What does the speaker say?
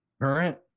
Current